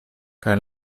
kaj